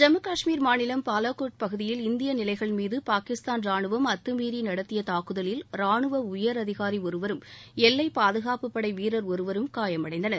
ஜம்மு காஷ்மீர் மாநிலம் பாவாகோட் பகுதியில் இந்திய நிலைகள் மீது பாகிஸ்தான் ராணுவம் அத்தமீறி நடத்திய தாக்குதலில் ராணுவ உயர் அதிகாரி ஒருவரும் எல்வைப்பாதகாப்புப்படை வீரர் ஒருவரும் காயமடைந்தனர்